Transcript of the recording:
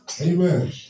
Amen